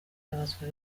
azabazwa